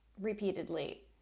repeatedly